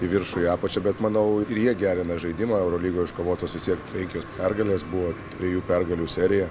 į viršų į apačią bet manau ir jie gerina žaidimą eurolygoj iškovotos vistiek penkios pergalės buvo trijų pergalių serija